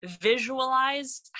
visualize